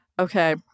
okay